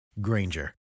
Granger